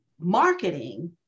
marketing